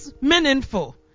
meaningful